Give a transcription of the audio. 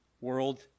world